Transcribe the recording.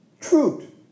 truth